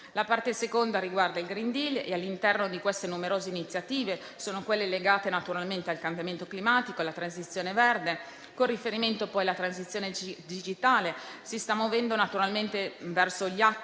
parte riguarda il *green deal* e, all'interno di queste numerose iniziative, vi sono quelle legate naturalmente al cambiamento climatico e alla transizione verde. Con riferimento, poi, alla transizione digitale, si sta muovendo naturalmente verso gli atti